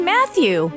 Matthew